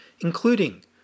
including